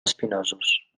espinosos